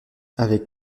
avec